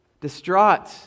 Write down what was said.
distraught